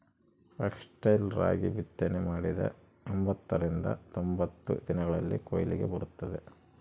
foxtail ragi ಬಿತ್ತನೆ ಮಾಡಿದ ಎಂಬತ್ತರಿಂದ ತೊಂಬತ್ತು ದಿನಗಳಲ್ಲಿ ಕೊಯ್ಲಿಗೆ ಬರುತ್ತದೆ